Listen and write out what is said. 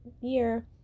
year